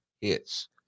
hits